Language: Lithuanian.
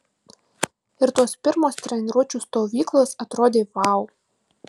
ir tos pirmos treniruočių stovyklos atrodė vau